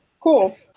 cool